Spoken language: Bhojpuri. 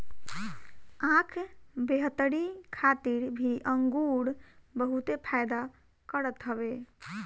आँख बेहतरी खातिर भी अंगूर बहुते फायदा करत हवे